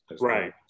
Right